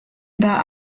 über